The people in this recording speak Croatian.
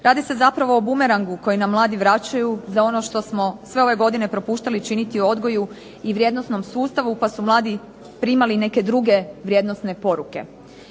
Radi se zapravo o bumerangu koji nam mladi vraćaju za ono što smo sve ove godine propuštali činiti u odgoju i vrijednosnom sustavu pa su mladi primali neke druge vrijednosne poruke.